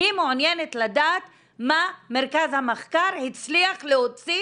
אני מעוניינת לדעת מה מרכז המחקר הצליח להוציא